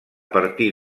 partir